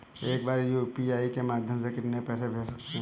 एक बार में यू.पी.आई के माध्यम से कितने पैसे को भेज सकते हैं?